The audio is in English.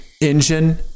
engine